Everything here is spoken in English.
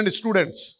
students